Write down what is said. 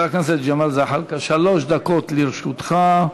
שלוש דקות לרשותך.